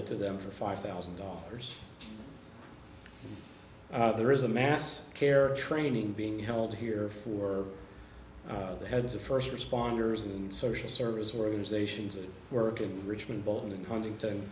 it to them for five thousand dollars there is a mass care training being held here for the heads of first responders and social service organizations that work in richmond both in huntington